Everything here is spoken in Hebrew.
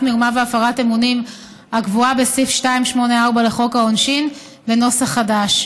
מרמה והפרת אמונים הקבועה בסעיף 284 לחוק העונשין בנוסח חדש.